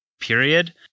period